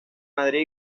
madrid